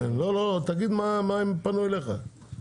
תגיד עם מה הם פנו אליך.